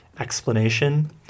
Explanation